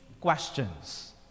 questions